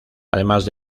además